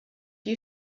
you